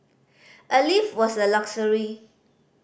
a lift was a luxury